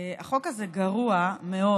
החוק הזה גרוע מאוד,